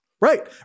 Right